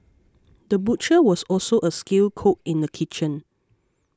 the butcher was also a skilled cook in the kitchen